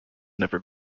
never